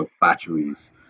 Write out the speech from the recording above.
batteries